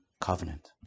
covenant